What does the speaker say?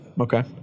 okay